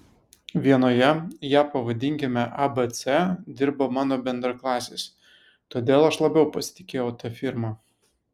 vienoje ją pavadinkime abc dirbo mano bendraklasis todėl aš labiau pasitikėjau ta firma